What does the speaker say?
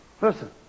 Listen